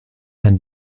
and